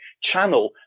channel